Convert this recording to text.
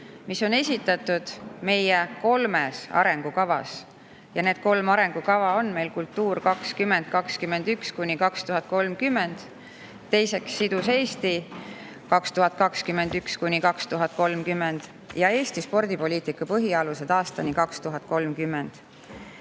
mis on esitatud meie kolmes arengukavas. Need kolm arengukava on "Kultuur 2021–2030", "Sidus Eesti 2021–2030" ja "Eesti spordipoliitika põhialused aastani 2030".